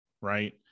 right